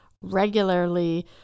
regularly